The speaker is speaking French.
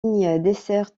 dessert